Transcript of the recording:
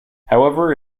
however